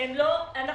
לא מקבלים.